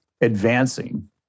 advancing